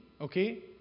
okay